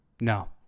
No